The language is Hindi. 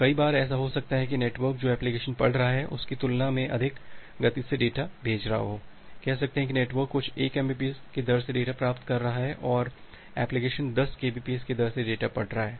कई बार ऐसा हो सकता है कि नेटवर्क जो एप्लिकेशन पढ़ रहा है उसकी तुलना में अधिक गति से डेटा भेज रहा हो कह सकते हैं कि नेटवर्क कुछ 1 एमबीपीएस की दर से डेटा प्राप्त कर रहा है और एप्लिकेशन 10 केबीपीएस की दर से डेटा पढ़ रहा है